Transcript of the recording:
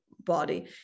body